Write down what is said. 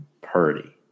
Purdy